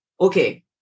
okay